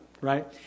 Right